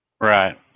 Right